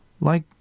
Like